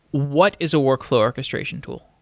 what is a workflow orchestration tool?